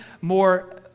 more